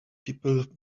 people